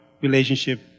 relationship